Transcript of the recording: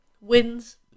wins